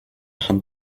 hand